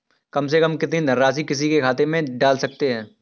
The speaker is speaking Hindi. कम से कम कितनी धनराशि किसी के खाते में डाल सकते हैं?